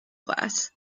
class